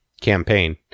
campaign